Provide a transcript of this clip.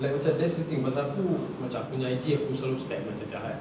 like macam that's the thing pasal aku macam aku nya I_G aku selalu step macam jahat